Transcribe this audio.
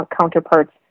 counterparts